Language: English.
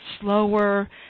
slower